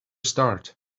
start